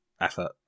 effort